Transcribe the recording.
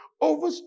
Over